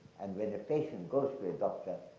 and when a patient goes to a doctor,